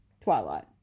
Twilight